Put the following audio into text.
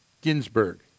Ginsburg